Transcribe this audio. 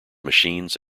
machines